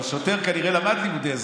אבל שוטר כנראה למד לימודי אזרחות,